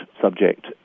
subject